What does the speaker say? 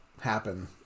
happen